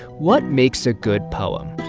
what makes a good poem?